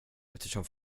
eftersom